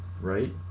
right